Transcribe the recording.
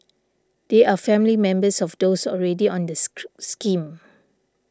they are family members of those already on the scheme